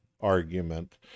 argument